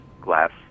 glass